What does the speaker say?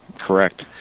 correct